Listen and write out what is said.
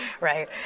Right